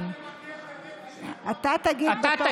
תן לה